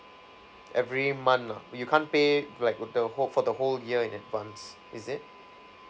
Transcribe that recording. every month lah you can't pay like the whole for the whole year in advance is it